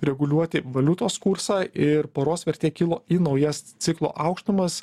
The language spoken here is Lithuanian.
reguliuoti valiutos kursą ir poros vertė kilo į naujas ciklo aukštumas